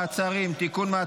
מעצרים) (תיקון,